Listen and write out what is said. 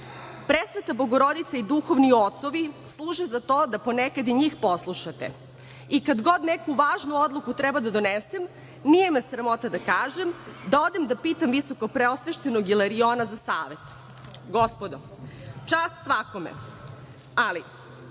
Presveta Bogorodice i duhovni oci služe za to da ponekad i njih poslušate i kad god neku važnu odluku treba da donesem, nije me sramota da kažem, da odem da pitam Visoko preosvećenog Ilariona za savet“.Gospodo čast svakome, ali